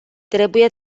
trebuie